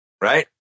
Right